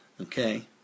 Okay